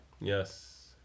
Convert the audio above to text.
Yes